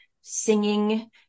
singing